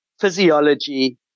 physiology